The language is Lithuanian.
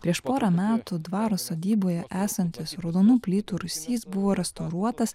prieš porą metų dvaro sodyboje esantis raudonų plytų rūsys buvo restauruotas